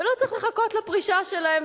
ולא צריך לחכות לפרישה שלהם.